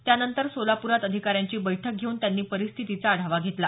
त्यानंतर सोलापुरात अधिकाऱ्यांची बैठक घेऊन त्यांनी परिस्थितीचा आढावा घेतला